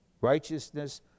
righteousness